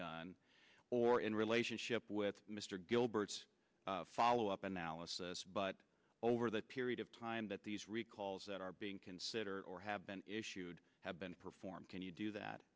done or in relationship with mr gilbert's follow up analysis but over that period of time that these recalls that are being considered or have been issued have been performed can you do that